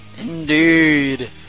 Indeed